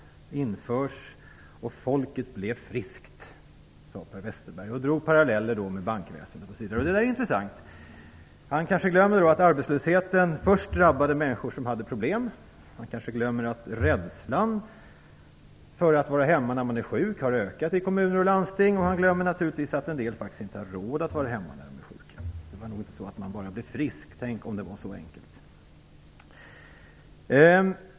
Per Westerberg, och drog paralleller med bankväsendet. Det är intressant. Han kanske glömmer att arbetslösheten först drabbade människor som hade problem. Han kanske glömmer att rädslan för att vara hemma när man är sjuk har ökat i kommuner och landsting. Han glömmer naturligtvis att en del faktiskt inte har råd att vara hemma när de är sjuka. Det var nog inte så att folket bara blev friskt. Tänk om det var så enkelt!